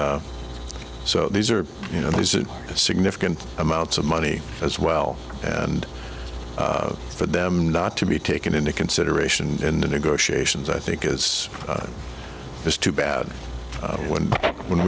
so these are you know these are significant amounts of money as well and for them not to be taken into consideration in the negotiations i think it's it's too bad when when